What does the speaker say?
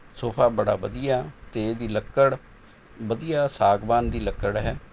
sofa ਬੜਾ ਵਧੀਆ ਅਤੇ ਇਹਦੀ ਲੱਕੜ ਵਧੀਆ ਸਾਗਵਾਨ ਦੀ ਲੱਕੜ ਹੈ